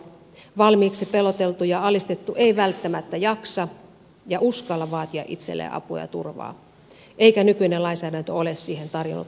valmiiksi peloteltu ja alistettu ei välttämättä jaksa ja uskalla vaatia itselleen apua ja turvaa eikä nykyinen lainsäädäntö ole siihen tarjonnut riittäviä keinojakaan